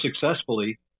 successfully